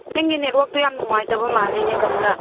ꯅꯪꯒꯤ ꯅꯦꯠꯋꯥꯛꯇꯣ ꯌꯥꯝ ꯅꯨꯡꯉꯥꯏꯇꯕ ꯃꯥꯜꯂꯤꯅꯦ ꯀꯝꯂꯥ